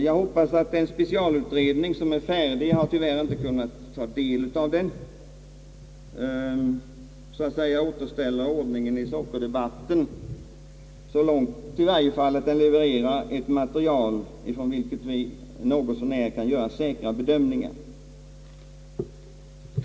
Jag hoppas att den specialutredning, som såvitt jag vet i stort sett är färdig, så att säga återställer ordningen i sockerdebatten och levererar material, från vilket någorlunda säkra bedömningar kan göras.